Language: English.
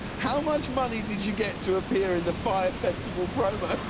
how much money did you get to appear in the fyre festival promos?